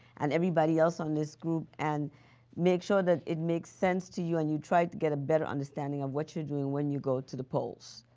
and everybody else on this group, and make sure that it makes sense to you and you try to get a better understanding of what you are doing when you go to the polls.